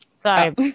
Sorry